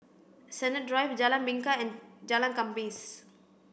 Sennett Drive Jalan Bingka and Jalan Khamis